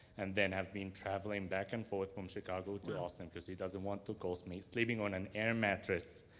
and then have been traveling back and forth from chicago to austin because he doesn't want to cost me, sleeping on an air mattress.